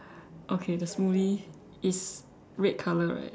okay the smoothie is red color right